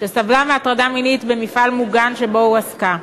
שסבלה מהטרדה מינית במפעל המוגן שבו הועסקה.